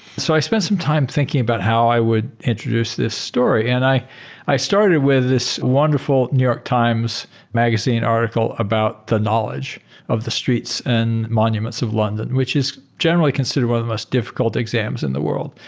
so i spent some time thinking about how i would introduce this story, and i i started with this wonderful new york times magazine article about the knowledge of the streets and monuments of london, which is generally considered one of the most difficult exams in the world.